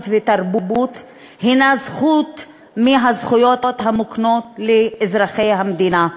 ותרבות הנה זכות מהזכויות המוקנות לאזרחי המדינה,